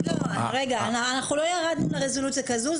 --- אנחנו לא ירדנו לרזולוציה כזו.